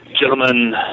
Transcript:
Gentlemen